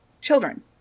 children